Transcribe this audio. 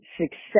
success